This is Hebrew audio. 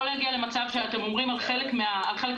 לא להגיע למצב שאתם אומרים על חלק מהסכומים,